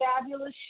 fabulous